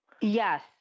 Yes